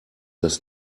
das